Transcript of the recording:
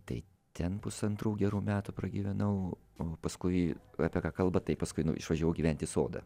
tai ten pusantrų gerų metų pragyvenau o paskui apie ką kalba tai paskui išvažiavau gyvent į sodą